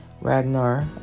Ragnar